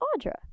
Audra